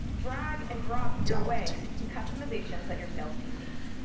drag and drop your way to customizations that your sales team needs,